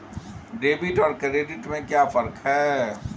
Debit और credit में क्या फर्क है?